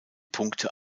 punkte